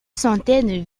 centaines